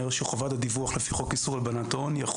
שחובת הדיווח לפי חוק איסור הלבנת הון,